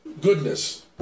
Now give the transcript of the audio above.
goodness